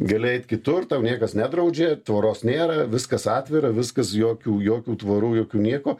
gali eit kitur tau niekas nedraudžia tvoros nėra viskas atvira viskas jokių jokių tvorų jokių nieko